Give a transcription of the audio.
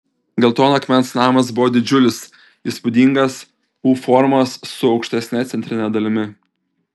geltono akmens namas buvo didžiulis įspūdingas u formos su aukštesne centrine dalimi